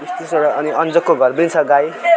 बिस तिसवटा अनि अन्जकको घरमै छ गाई